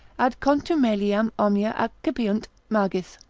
ad contumeliam omnia accipiunt magis,